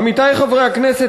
עמיתי חברי הכנסת,